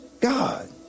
God